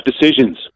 decisions